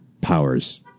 powers